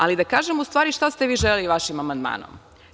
Ali, da kažem u stvari šta ste vi želeli vašim amandmanom.